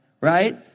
right